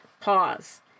pause